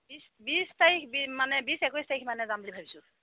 বিছ তাৰিখ বিছ মানে বিছ একৈছ তাৰিখ মানে যাম বুলি ভাবিছোঁ